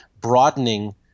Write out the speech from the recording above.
broadening